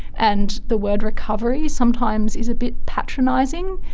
and the word recovery sometimes is a bit patronising.